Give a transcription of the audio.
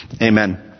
Amen